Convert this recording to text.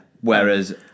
Whereas